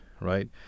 right